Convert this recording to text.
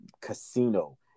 casino